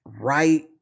right